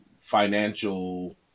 financial